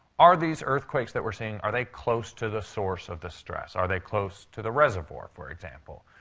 are these earthquakes that we're seeing, are they close to the source of the stress? are they close to the reservoir, for example?